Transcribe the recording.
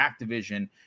Activision